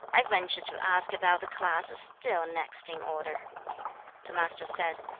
i venture to ask about the class still next in order the master said,